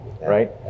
right